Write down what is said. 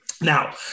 Now